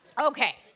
okay